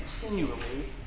continually